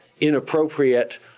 inappropriate